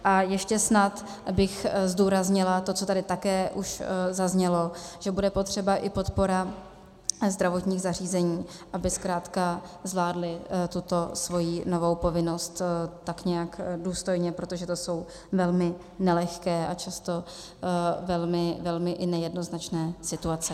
A ještě snad bych zdůraznila to, co tady také už zaznělo, že bude potřeba i podpora zdravotních zařízení, aby zkrátka zvládla tuto svoji novou povinnost tak nějak důstojně, protože to jsou velmi nelehké a často i velmi nejednoznačné situace.